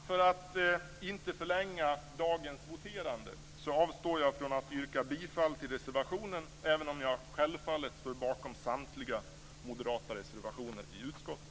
För att inte förlänga dagens voterande avstår jag från att yrka på godkännande av anmälan i reservationen, även om jag självfallet står bakom samtliga moderata reservationer i utskottet.